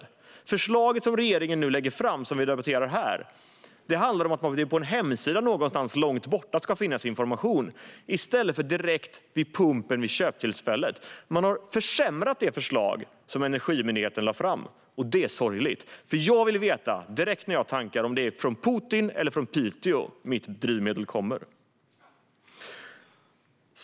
Det förslag som regeringen nu lägger fram och som vi debatterar här handlar om att det ska finnas information på en hemsida någonstans långt borta i stället för direkt vid pumpen vid köptillfället. Man har försämrat det förslag som Energimyndigheten lade fram, och det är sorgligt. Jag vill veta direkt när jag tankar om det är från Putin eller från Piteå mitt drivmedel kommer.